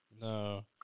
No